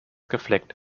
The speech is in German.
gefleckt